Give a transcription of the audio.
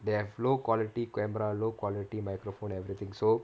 they have low quality camera low quality microphone everything so